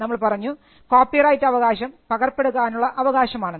നമ്മൾ പറഞ്ഞു കോപ്പിറൈറ്റ് അവകാശം പകർപ്പെടുക്കാനുള്ള അവകാശമാണെന്ന്